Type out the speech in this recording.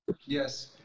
Yes